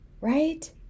right